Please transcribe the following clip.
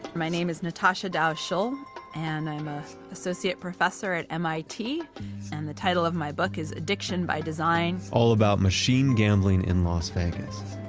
my name is natasha dow schull and i'm an ah associate professor at mit and the title of my book is, addiction by design all about machine gambling in las vegas.